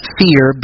fear